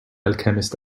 alchemist